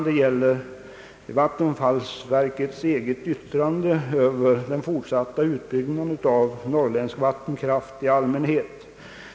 Det gäller vattenfallsverkets eget yttrande över den fortsatta utbyggnaden av norrländsk vattenkraft i allmänhet.